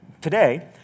Today